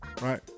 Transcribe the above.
Right